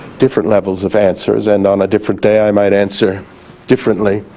different levels of answers and on a different day i might answer differently.